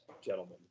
gentlemen